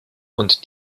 und